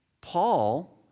Paul